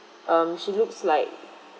um she looks like